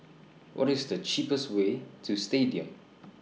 What IS The cheapest Way to Stadium